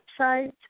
website